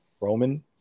roman